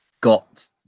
got